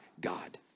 God